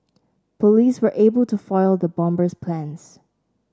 police were able to foil the bomber's plans